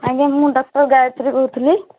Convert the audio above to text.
ଆଜ୍ଞା ମୁଁ ଡକ୍ଟର ଗାୟତ୍ରୀ କହୁଥିଲି